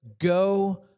Go